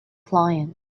client